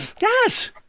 Yes